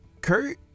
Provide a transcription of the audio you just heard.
Kurt